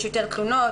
יש יותר תלונות,